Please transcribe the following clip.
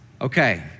Okay